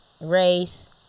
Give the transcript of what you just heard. race